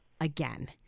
again